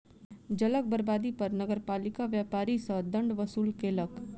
जलक बर्बादी पर नगरपालिका व्यापारी सॅ दंड वसूल केलक